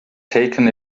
taken